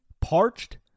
Parched